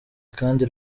kandi